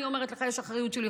אני אומרת לך, יש אחריות שילוחית.